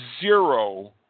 zero